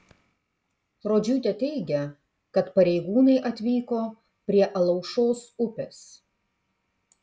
rodžiūtė teigia kad pareigūnai atvyko prie alaušos upės